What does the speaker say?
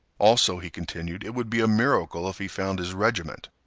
also, he continued, it would be a miracle if he found his regiment.